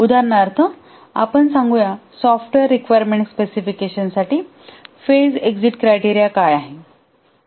उदाहरणार्थ आपण सांगूया सॉफ्टवेअर रिक्वायरमेंट स्पेसिफिकेशन साठी फेज एक्झिट क्रायटेरिया काय आहे